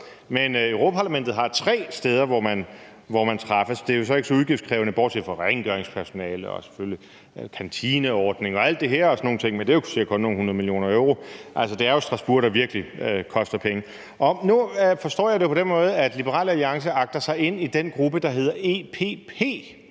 men Europa-Parlamentet har tre steder, hvor man træffes. Det er jo så ikke så udgiftskrævende, bortset fra rengøringspersonale og selvfølgelig kantineordninger og alt det her, men det er jo kun sikkert kun nogle hundrede millioner euro. Altså, det er jo Strasbourg, der virkelig koster penge. Nu forstår jeg det på den måde, at Liberal Alliance agter sig ind i den gruppe, der hedder EPP,